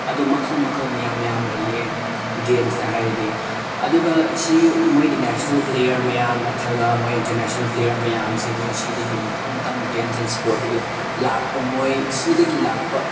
ꯑꯗꯨ ꯃꯈꯜ ꯃꯈꯜ ꯃꯌꯥꯝ ꯃꯌꯥꯝ ꯂꯩꯌꯦ ꯒꯦꯝꯁꯇ ꯍꯥꯏꯔꯗꯤ ꯑꯗꯨꯒ ꯁꯤ ꯃꯣꯏꯒꯤ ꯅꯦꯁꯅꯦꯜ ꯄ꯭ꯂꯦꯌꯔ ꯃꯌꯥꯝ ꯅꯠꯇ꯭ꯔꯒ ꯃꯣꯏ ꯏꯟꯇꯔꯅꯦꯁꯅꯦꯜ ꯄ꯭ꯂꯦꯌꯔ ꯃꯌꯥꯝꯁꯦ ꯃꯣꯏꯁꯤꯗꯒꯤ ꯃꯊꯪ ꯃꯊꯪ ꯒꯦꯝ ꯑꯦꯟ ꯏꯁꯄꯣꯔꯠꯇꯒꯤ ꯂꯥꯛꯄ ꯃꯣꯏ ꯁꯤꯗꯒꯤ ꯂꯥꯛꯄ